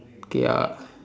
K ah